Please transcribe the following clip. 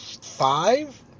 five